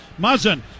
Muzzin